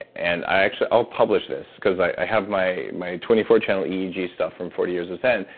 and i actually, i'll publish this, because i have my my twenty four channel eeg stuff, from forty years of zen,